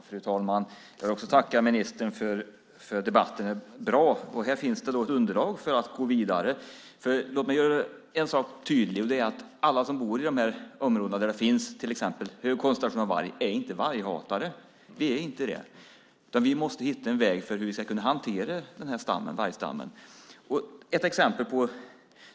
Fru talman! Jag vill också tacka ministern för en bra debatt. Här finns ett underlag för att gå vidare. En sak är tydlig. Alla som bor i de områden där det finns till exempel hög koncentration av varg är inte varghatare. Vi är inte det. Vi måste hitta en väg för hur vi ska kunna hantera vargstammen.